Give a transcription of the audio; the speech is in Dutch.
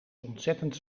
ontzettend